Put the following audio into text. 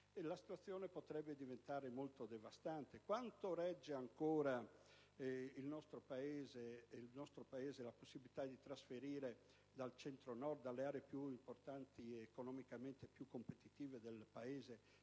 la situazione potrebbe diventare devastante. Quanto regge ancora nel nostro Paese la possibilità di trasferire dal Centro-Nord, dalle aree economicamente più importanti e competitive del Paese,